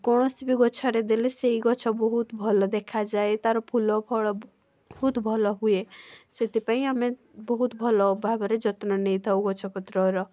କୌଣସି ବି ଗଛରେ ଦେଲେ ସେଇ ଗଛ ବହୁତ ଭଲ ଦେଖାଯାଏ ତା'ର ଫୁଲ ଫଳ ବହୁତ ଭଲ ହୁଏ ସେଥିପାଇଁ ଆମେ ବହୁତ ଭଲ ଭାବରେ ଯତ୍ନ ନେଇଥାଉ ଗଛ ପତ୍ରର